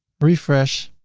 refresh,